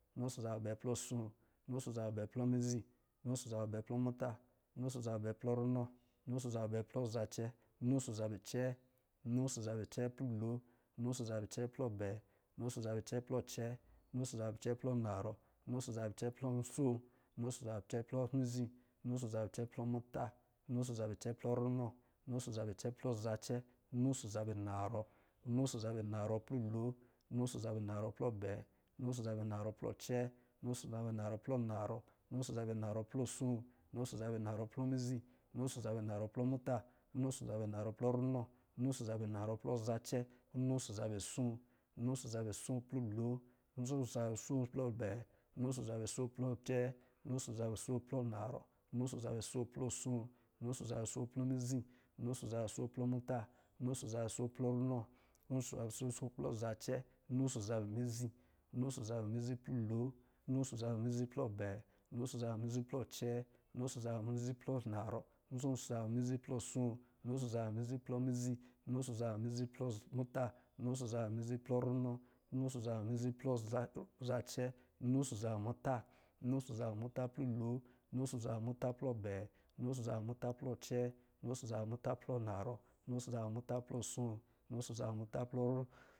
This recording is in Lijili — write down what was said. Runo ɔsɔ̄ zabɛ abɛɛ plɔ asoo, runo ɔsɔ̄ zabɛ abɛɛ plɔ mizi, runo ɔsɔ̄ zabɛ abɛɛ plɔ muta, runo ɔsɔ̄ zabɛ abɛɛ plɔ runɔ runo ɔsɔ̄ zabɛ abɛɛ plɔ zacɛ, runo ɔsɔ̄ zabɛ acɛɛ, runo ɔsɔ̄ zabɛ acɛɛ plɔ lon, runo ɔsɔ̄ zabɛ acɛɛ plɔ abɛɛ, runo ɔsɔ̄ zabɛ acɛɛ plɔ acɛɛ, runo ɔsɔ̄ zabɛ acɛɛ plɔ anarɔ, runo ɔsɔ̄ zabɛ acɛɛ plɔ asoo, runo ɔsɔ̄ zabɛ acɛɛ plɔ mize, runo ɔsɔ̄ zabɛ acɛɛ plɔ muta, runo ɔsɔ̄ zabɛ acɛɛ plɔ runɔ, runo ɔsɔ̄ zabɛ acɛɛ plɔ zalɛ, runo ɔsɔ̄ zabɛ anarɔ, runo ɔsɔ̄ zabɛ anarɔ plɔ lon, runo ɔsɔ̄ zabɛ anarɔ plɔ abɛɛ, runo ɔsɔ̄ zabɛ anarɔ plɔ acɛɛ, runo ɔsɔ̄ zabɛ anarɔ plɔ anarɔ, runo ɔsɔ̄ zabɛ anarɔ plɔ asoo, runo ɔsɔ̄ zabɛ anarɔ plɔ mizi, runo ɔsɔ̄ zabɛ anarɔ plɔ muta, runo ɔsɔ̄ zabɛ anarɔ plɔ runɔ, runo ɔsɔ̄ zabɛ anarɔ plɔ zacɛ, runo ɔsɔ̄ zabɛ asoo, runo ɔsɔ̄ zabɛ asoo plɔ lon, runo ɔsɔ̄ zabɛ asoo plɔ abɛɛ, runo ɔsɔ̄ zabɛ asoo plɔ acɛɛ, runo ɔsɔ̄ zabɛ asoo plɔ anarɔ, runo ɔsɔ̄ zabɛ asoo plɔ mizi, runo ɔsɔ̄ zabɛ asoo plɔ muta, runo ɔsɔ̄ zabɛ asoo plɔ runɔ, runo ɔsɔ̄ zabɛ asoo plɔ zacɛ, runo ɔsɔ̄ zabɛ mizi, runo ɔsɔ̄ zabɛ mizi plɔ lon, runo ɔsɔ̄ zabɛ mizi plɔ abɛɛ, runo ɔsɔ̄ zabɛ mizi plɔ acɛɛ, runo ɔsɔ̄ zabɛ mizi plɔ anarɔ, runo ɔsɔ̄ zabɛ mizi plɔ asoo, runo ɔsɔ̄ zabɛ mizi plɔ mizi, runo ɔsɔ̄ zabɛ mizi plɔ muta, runo ɔsɔ̄ zabɛ mizi plɔ runɔ, runo ɔsɔ̄ zabɛ muta, runo ɔsɔ̄ zabɛ muta plɔ lon, runo ɔsɔ̄ zabɛ muta plɔ abɛɛ, runo ɔsɔ̄ zabɛ muta plɔ acɛɛ, runo ɔsɔ̄ zabɛ muta plɔ anarɔ, runo ɔsɔ̄ zabɛ muta plɔ asoo